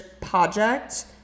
project